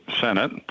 Senate